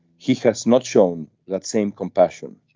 he has not shown that same compassion.